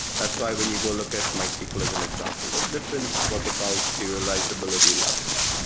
that's why when you go look at mysql as an example, the difference, what they call serializability levels,